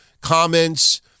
comments